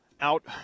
out